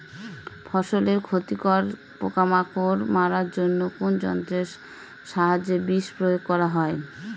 ফসলের ক্ষতিকর পোকামাকড় মারার জন্য কোন যন্ত্রের সাহায্যে বিষ প্রয়োগ করা হয়?